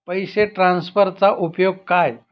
पैसे ट्रान्सफरचा काय उपयोग?